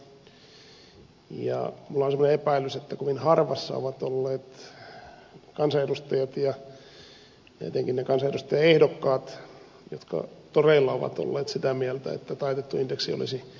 minulla on semmoinen epäilys että kovin harvassa ovat olleet kansanedustajat ja tietenkin ne kansanedustajaehdokkaat jotka toreilla ovat olleet sitä mieltä että taitettu indeksi olisi oikeudenmukainen